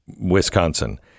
wisconsin